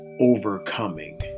overcoming